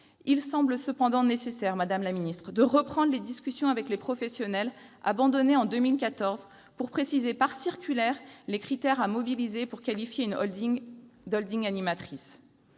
Il semble néanmoins nécessaire, madame la secrétaire d'État, de reprendre les discussions avec les professionnels, abandonnées en 2014, pour préciser par circulaire les critères à mobiliser pour qualifier une animatrice.